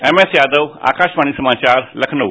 MS Yadav Akashvani समाचार लखनऊ